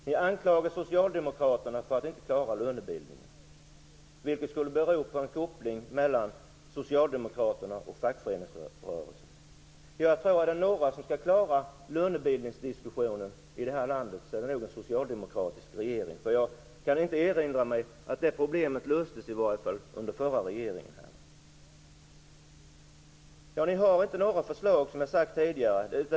Ni anklagar Socialdemokraterna för att inte klara lönebildningen, vilket skulle bero på en koppling mellan Socialdemokraterna och fackföreningsrörelsen. Är det några som skall klara lönebildningsdiskussionen i det här landet är det nog en socialdemokratisk regering. Jag kan i varje fall inte erinra mig att det problemet löstes under den förra regeringen. Ni har inte några förslag, som jag har sagt tidigare.